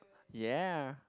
ya